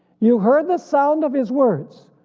you heard the sound of his words,